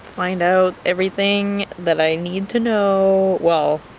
find out everything that i need to know, well